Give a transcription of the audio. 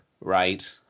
right